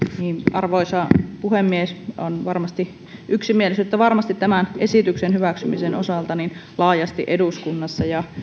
arvoisa puhemies on varmasti yksimielisyyttä tämän esityksen hyväksymisen osalta laajasti eduskunnassa ja